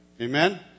Amen